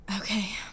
Okay